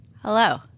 Hello